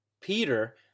Peter